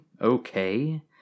okay